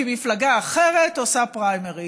כי מפלגה אחרת עושה פריימריז.